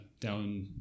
down